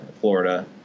Florida